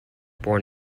born